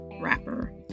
rapper